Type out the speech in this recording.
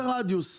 רדיוס.